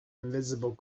invisible